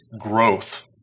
growth